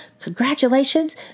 Congratulations